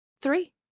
three